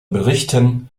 berichten